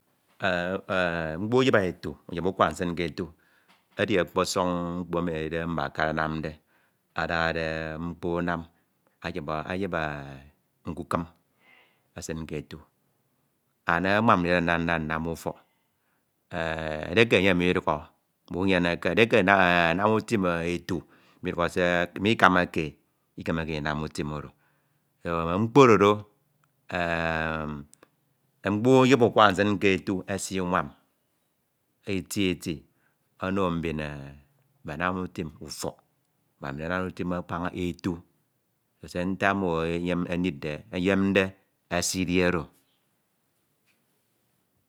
Knh. enh mkpo ugibi etu, uyibi utwak nsin ke etu edi ọkpọsọñ mkpo emi edide mbakara anamde adade mkpo anam ayibi e ayibi nkukim esin ke etu and anwam mbin oro ndida nda nnam ufọk, enh edieke enye midukhọ, munyeneke, edieke enh anam utim etu midukhọ mikamake e, Ikemeke ndinam utim oro so mme mkpo oro do mme mkpo uyibi ukwa oro nsin ke etu anwam eti eti ono mbin e mme anam utim ufọk ma mbin anamde ufim abaña etu se ntak mmo enyemde eneede enyemde esi di ori.